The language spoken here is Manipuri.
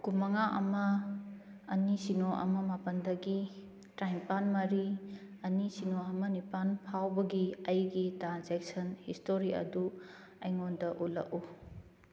ꯀꯨꯟꯃꯉꯥ ꯑꯃ ꯑꯅꯤ ꯁꯤꯅꯣ ꯑꯃ ꯃꯥꯄꯜꯗꯒꯤ ꯇꯔꯥꯅꯤꯄꯥꯜ ꯃꯔꯤ ꯑꯅꯤ ꯁꯤꯅꯣ ꯑꯃ ꯅꯤꯄꯥꯜ ꯐꯥꯎꯕꯒꯤ ꯑꯩꯒꯤ ꯇ꯭ꯔꯥꯟꯖꯦꯛꯁꯟ ꯍꯤꯁꯇꯣꯔꯤ ꯑꯗꯨ ꯑꯩꯉꯣꯟꯗ ꯎꯠꯂꯛꯎ